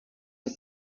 his